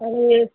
अरे